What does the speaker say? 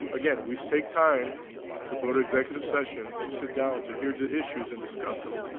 ah again, we take time to go to executive sessions to sit down, to hear the issues and discuss them,